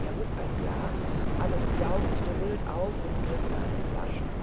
er hob ein glas alles jauchzte wild auf und griff nach den flaschen